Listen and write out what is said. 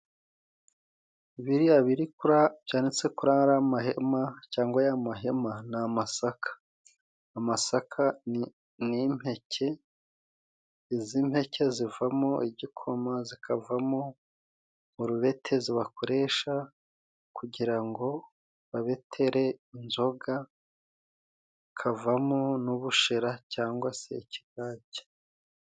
Biriya birikura byanitse kura ariya mahema cyangwa aya mahema ni amasaka. Amasaka ni impeke izi mpeke zivamo igikoma, zikavamo urubetezi bakoresha kugira ngo babetere inzoga kavamo n'ubushera cyangwa se ikigage.